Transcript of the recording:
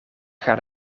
gaan